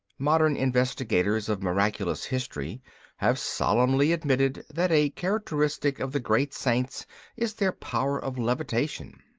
modern investigators of miraculous history have solemnly admitted that a characteristic of the great saints is their power of levitation.